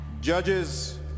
judges